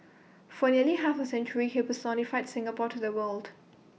for nearly half A century he personified Singapore to the world